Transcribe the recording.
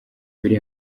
biri